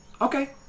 Okay